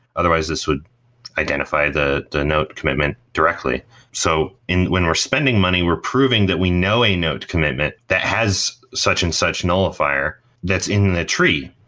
otherwise, this would identify the the note commitment directly so when we're spending money, we're proving that we know a note commitment that has such and such nullifier that's in the tree.